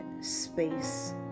space